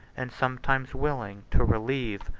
and sometimes willing, to relieve.